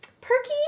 perky